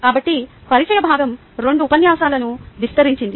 కాబట్టి పరిచయ భాగం రెండు ఉపన్యాసాలను విస్తరించింది